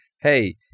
hey